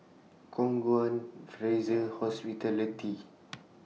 Khong Guan Fraser Hospitality